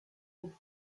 this